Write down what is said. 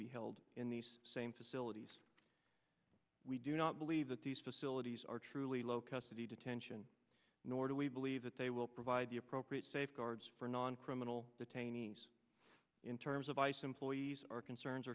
be held in the same facilities we do not leave that these facilities are truly low custody detention nor do we believe that they will provide the appropriate safeguards for non criminal detainees in terms of ice employees our concerns